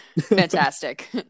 Fantastic